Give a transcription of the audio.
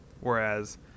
Whereas